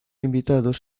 invitados